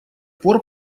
пор